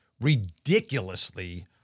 ridiculously